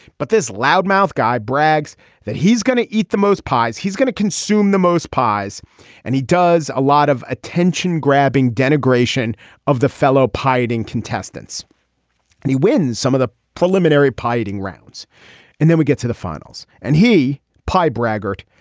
but this loud mouth guy brags that he's going to eat the most pies he's going to consume the most pies and he does a lot of attention grabbing denigration of the fellow pie eating contestants and he wins some of the preliminary pie eating rounds and then we get to the finals and he pie braggart.